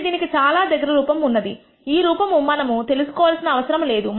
కాబట్టి దీనికి చాలా దగ్గర రూపం ఉన్నది ఈ రూపము మనం తెలుసుకోవాల్సిన అవసరము లేదు